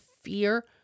fear